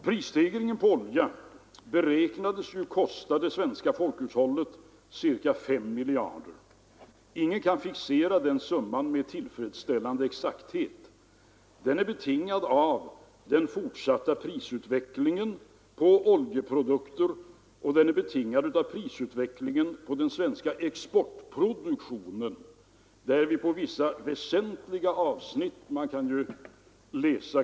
Prisstegringen när det gäller olja beräknades kosta det svenska folkhushållet ca 5 miljarder kronor. Ingen kan med tillfredsställande exakthet fixera den summan. Den är betingad av den fortsatta prisutvecklingen på oljeprodukter och av prisutvecklingen på den svenska exportproduktionen.